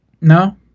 No